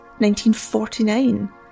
1949